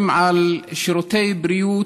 היושב-ראש.)